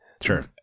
Sure